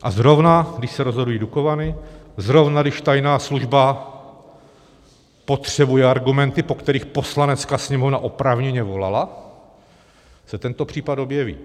A zrovna když se rozhodují Dukovany, zrovna když tajná služba potřebuje argumenty, po kterých Poslanecká sněmovna oprávněně volala, se tento případ objeví.